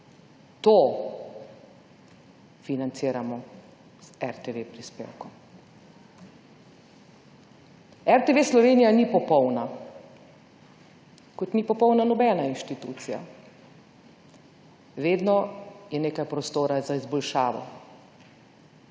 To financiramo z RTV prispevkom. RTV Slovenija ni popolna, kot ni popolna nobena inštitucija. Vedno je nekaj prostora za izboljšavo.